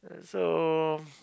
so